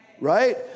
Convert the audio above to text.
right